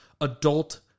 adult